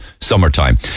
summertime